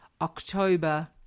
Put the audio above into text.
October